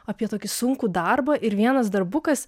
apie tokį sunkų darbą ir vienas darbukas